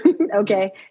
Okay